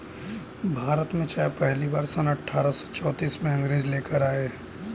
भारत में चाय पहली बार सन अठारह सौ चौतीस में अंग्रेज लेकर आए